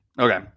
Okay